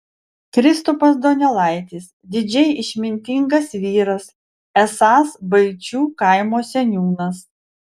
kristupas donelaitis didžiai išmintingas vyras esąs baičių kaimo seniūnas